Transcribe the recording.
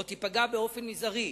או תיפגע באופן מזערי.